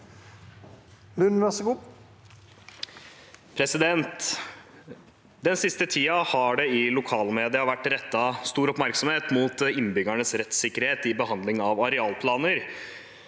«Den siste ti- den har det i lokalmedia vært rettet oppmerksomhet mot innbyggernes rettssikkerhet i behandling av arealplaner,